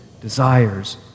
desires